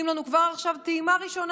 גלעד קריב, כרגע נאמת עשר דקות רצופות.